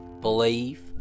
believe